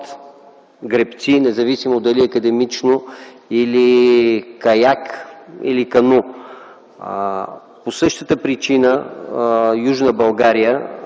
гребци, независимо дали академично, или каяк, или кану. По същата причина Южна България